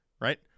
right